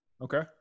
Okay